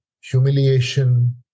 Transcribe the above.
humiliation